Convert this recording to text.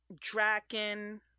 Draken